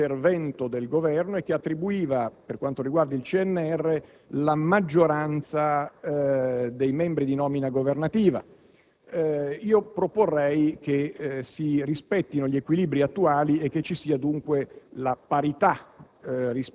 di riformulazione del Governo e che attribuiva per quanto riguarda il CNR la maggioranza dei membri alla nomina governativa. Proporrei che si rispettino gli equilibri attuali e che ci sia dunque la parità